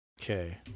Okay